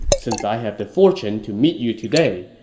since i have the fortune to meet you today,